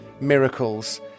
miracles